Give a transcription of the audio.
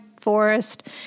Forest